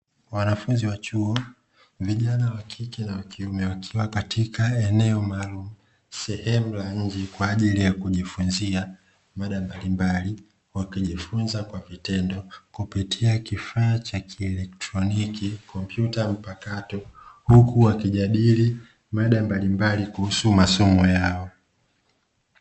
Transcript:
Wanafunzi wa chuo, vijana wakike na wakiume wakiwa katika eneo maalumu sehemu ya nje kwa ajili ya kujifunzia mada mbalimbali. Wakijifunza kwa vitendo kupitia kifaa cha kielektroniki kompyuta mpakato, huku wakijadili mada mbalimbali kuhusu masomo yao.